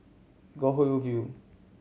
Goldhill View